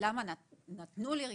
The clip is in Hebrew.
למה נתנו לי ריטלין?